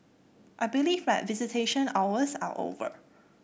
I believe that visitation hours are over